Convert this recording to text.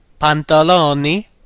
Pantaloni